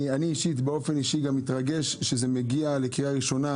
אני באופן אישי מתרגש שזה מגיע לקריאה הראשונה,